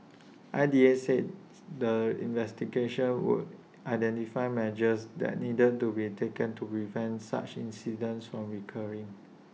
I D A said the investigations would identify measures that need to be taken to prevent such incidents from recurring